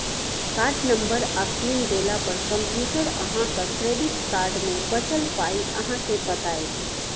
card number आ PIN देला पर कंप्यूटर अहाँक क्रेडिट कार्ड मे बचल पाइ अहाँ केँ बताएत